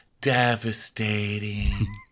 devastating